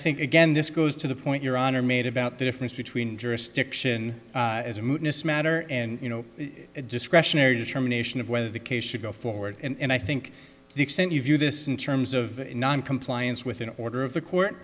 think again this goes to the point your honor made about the difference between jurisdiction as a matter and you know a discretionary determination of whether the case should go forward and i think the extent you view this in terms of noncompliance with an order of the court